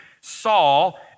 Saul